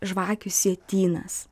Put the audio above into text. žvakių sietynas